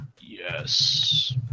Yes